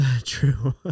true